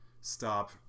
stop